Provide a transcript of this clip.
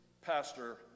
pastor